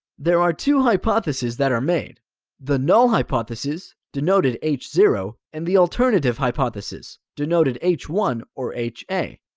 there are two hypotheses that are made the null hypothesis, denoted h zero, and the alternative hypothesis, denoted h one or h a.